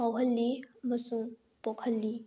ꯐꯥꯎꯍꯜꯂꯤ ꯑꯃꯁꯨꯡ ꯄꯣꯛꯍꯜꯂꯤ